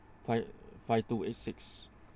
five five two eight six